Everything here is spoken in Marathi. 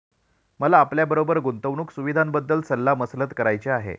मला आपल्याबरोबर गुंतवणुक सुविधांबद्दल सल्ला मसलत करायची आहे